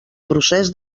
procés